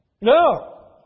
No